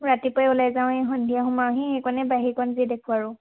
ৰাতিপুৱাই ওলাই যাওঁৱেই সন্ধিয়া সোমাওহি সেইকণেই বাহিৰ কণ যি দেখোঁ আৰু